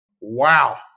Wow